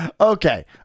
okay